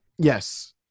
yes